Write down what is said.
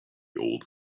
old